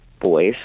boys